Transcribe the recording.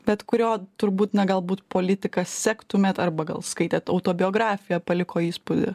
bet kurio turbūt na galbūt politiką sektumėt arba gal skaitėt autobiografija paliko įspūdį